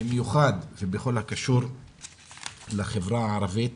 במיוחד בכל הקשור לחברה הערבית